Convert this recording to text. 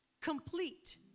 Complete